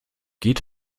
geht